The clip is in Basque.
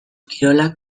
kirolak